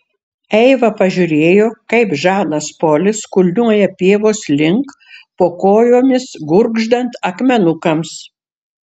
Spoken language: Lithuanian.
eiva pažiūrėjo kaip žanas polis kulniuoja pievos link po kojomis gurgždant akmenukams